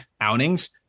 outings